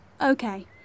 Okay